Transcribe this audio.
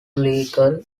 legal